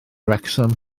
wrecsam